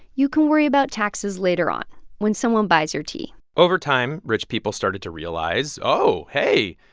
you can worry about taxes later on when someone buys your tea over time, rich people started to realize, oh, hey,